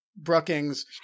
brookings